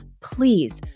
please